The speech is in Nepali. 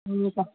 हुन्छ